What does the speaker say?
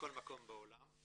מכל מקום בעולם.